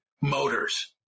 Motors